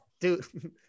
Dude